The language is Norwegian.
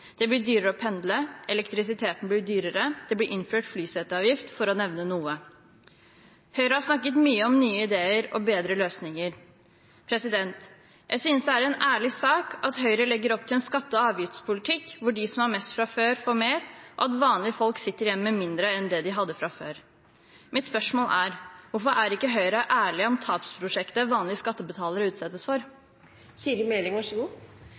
Det blir dyrere å pendle, elektrisiteten blir dyrere, det blir innført flyseteavgift – for å nevne noe. Høyre har snakket mye om nye ideer og bedre løsninger. Jeg synes det er en ærlig sak at Høyre legger opp til en skatte- og avgiftspolitikk hvor de som har mest fra før, får mer, og at vanlige folk sitter igjen med mindre enn det de hadde fra før. Mitt spørsmål er: Hvorfor er ikke Høyre ærlig om tapsprosjektet vanlige skattebetalere utsettes for?